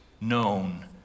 known